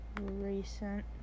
recent